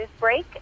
Newsbreak